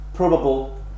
Probable